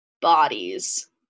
bodies